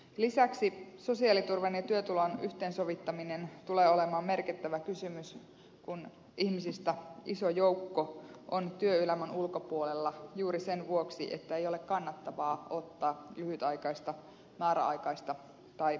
lisäksi sosiaaliturvan ja työtulon yhteensovittaminen tulee olemaan merkittävä kysymys kun ihmisistä iso joukko on työelämän ulkopuolella juuri sen vuoksi että ei ole kannattavaa ottaa lyhytaikaista määräaikaista tai pätkätyötä vastaan